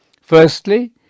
Firstly